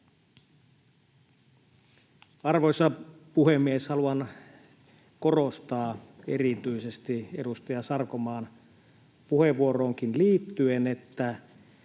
Arvoisa puhemies! Haluan korostaa erityisesti edustaja Sarkomaan puheenvuoroonkin liittyen, että